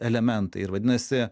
elementai ir vadinasi